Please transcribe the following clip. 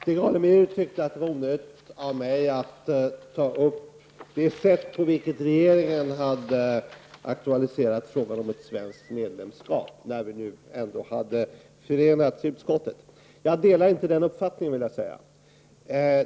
Fru talman! Stig Alemyr tyckte att det var onödigt av mig att, när vi nu ändå hade enat oss i utskottet, ta upp det sätt på vilket regeringen hade aktualiserat frågan om ett svenskt medlemskap. Jag delar inte den uppfattningen.